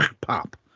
pop